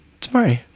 tomorrow